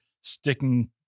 sticking